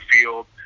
field